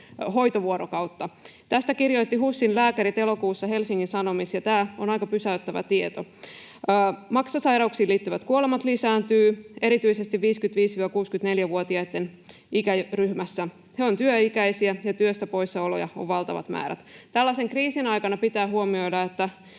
vuoksi. Tästä kirjoittivat HUSin lääkärit elokuussa Helsingin Sanomissa, ja tämä on aika pysäyttävä tieto. Maksasairauksiin liittyvät kuolemat lisääntyvät erityisesti 55—64-vuotiaitten ikäryhmässä. He ovat työikäisiä, ja työstä poissaoloja on valtavat määrät. Tällaisen kriisin aikana pitää huomioida,